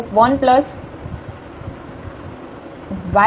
તેથી આપણી પાસે x21yx3 હશે